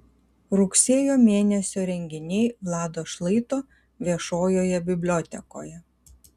rugsėjo mėnesio renginiai vlado šlaito viešojoje bibliotekoje